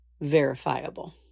verifiable